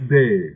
day